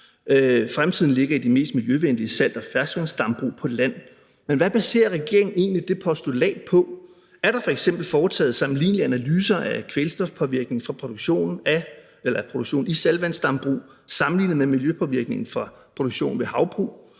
Fremtiden ligger i de mest miljøvenlige salt- og ferskvandsdambrug på land. Men hvad baserer regeringen egentlig det postulat på? Er der f.eks. foretaget sammenlignelige analyser af kvælstofpåvirkningen fra produktion i saltvandsdambrug sammenlignet med miljøpåvirkningen fra produktion i havbrug?